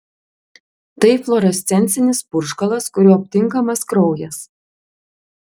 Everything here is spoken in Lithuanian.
tai fluorescencinis purškalas kuriuo aptinkamas kraujas